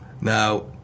Now